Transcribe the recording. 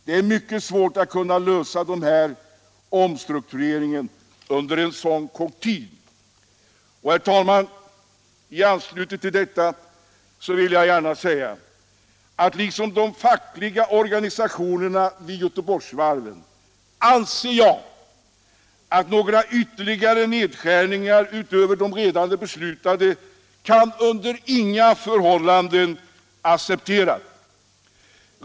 Det är mycket svårt att kunna lösa den här omstruktureringen under en så kort tid.” I anslutning härtill vill jag gärna säga att liksom de fackliga organisationerna vid Göteborgsvarven anser jag att några ytterligare nedskärningar utöver de redan beslutade under inga förhållanden kan accepteras.